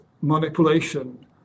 manipulation